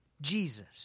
Jesus